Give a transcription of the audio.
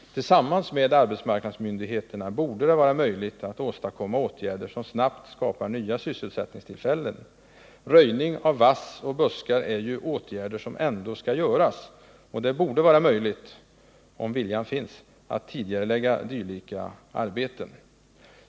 Tillsammans med arbetsmarknadsmyndigheterna borde jordbruksministern kunna åstadkomma åtgärder som snabbt skapar nya sysselsättningstillfällen. Röjning av vass och buskar skall ju ändå ske, och det borde — om viljan finns — vara möjligt att tidigarelägga sådana arbeten.